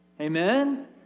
Amen